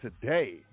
today